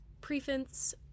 preface